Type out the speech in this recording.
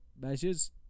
measures